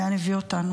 לאן הם הביאו אותנו.